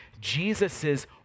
Jesus's